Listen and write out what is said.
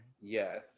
Yes